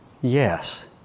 Yes